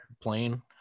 plane